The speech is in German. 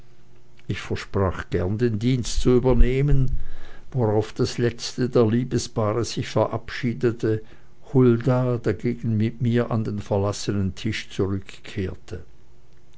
ich versprach gern den dienst zu übernehmen worauf das letzte der liebespaare sich verabschiedete hulda dagegen mit mir an den verlassenen tisch zurückkehrte